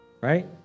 right